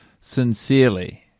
sincerely